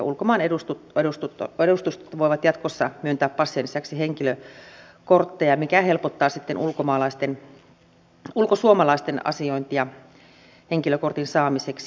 elikkä ulkomaan edustustot voivat jatkossa myöntää passin lisäksi henkilökortteja mikä helpottaa sitten ulkosuomalaisten asiointia henkilökortin saamiseksi